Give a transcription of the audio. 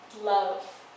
love